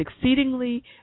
exceedingly